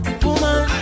woman